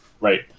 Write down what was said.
right